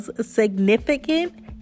significant